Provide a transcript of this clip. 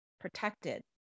protected